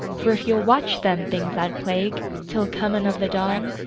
for if you'll watch them things that plague, till comin' of the dawn,